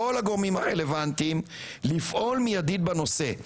הגורמים הרלוונטיים לפעול מידית בנושא,